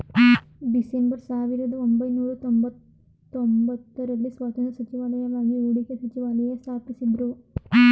December ಸಾವಿರದಒಂಬೈನೂರ ತೊಂಬತ್ತಒಂಬತ್ತು ರಲ್ಲಿ ಸ್ವತಂತ್ರ ಸಚಿವಾಲಯವಾಗಿ ಹೂಡಿಕೆ ಸಚಿವಾಲಯ ಸ್ಥಾಪಿಸಿದ್ದ್ರು